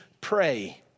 pray